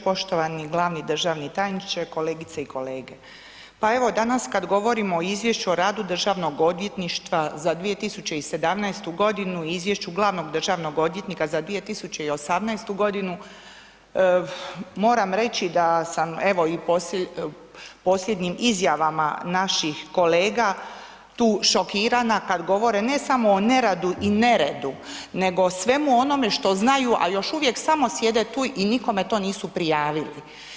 Poštovani glavni državni tajniče, kolegice i kolege, pa evo danas kad govorimo o Izvješću o radu državnog odvjetništva za 2017. godinu i Izvješću glavnog državnog odvjetnika za 2018. godinu moram reći da sam evo i posljednjim izjavama naših kolega tu šokirana kad govore ne samo o neradu i neredu, nego o svemu onome što znaju, a još uvijek samo sjede tu i nikome to nisu prijavili.